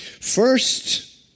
First